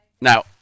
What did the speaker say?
Now